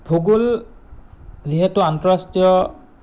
ভূগোল যিহেতু আন্তঃৰাষ্ট্ৰীয়